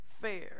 fair